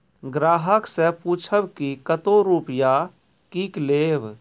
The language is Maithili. ग्राहक से पूछब की कतो रुपिया किकलेब?